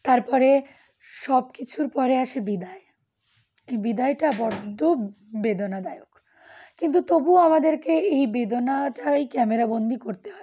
তারপরে সব কিছুর পরে আসে বিদায় এই বিদায়টা বড্ড বেদনাদায়ক কিন্তু তবুও আমাদেরকে এই বেদনাটাই ক্যামেরাবন্দি করতে হয়